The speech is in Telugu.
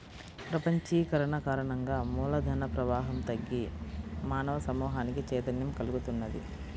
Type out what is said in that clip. ప్రపంచీకరణ కారణంగా మూల ధన ప్రవాహం తగ్గి మానవ సమూహానికి చైతన్యం కల్గుతున్నది